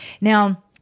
Now